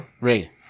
Ray